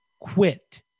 quit